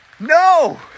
No